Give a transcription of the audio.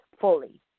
fully